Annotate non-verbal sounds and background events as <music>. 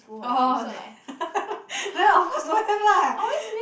oh <laughs> then of course don't have lah